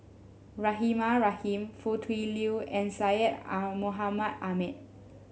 Rahimah Rahim Foo Tui Liew and Syed ah Mohamed Ahmed